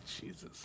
Jesus